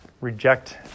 reject